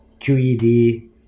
QED